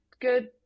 good